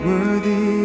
Worthy